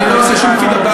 אני לא עושה שום פיליבסטר.